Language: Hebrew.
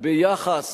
ביחס